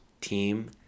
team